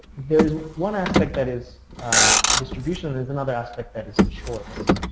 there is one aspect that is distribution and is another aspect that is choice.